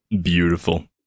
Beautiful